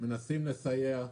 מנסים לסייע.